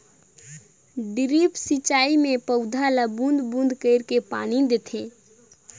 drip सिंचई मे पउधा ल बूंद बूंद कईर के पानी देथे